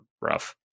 rough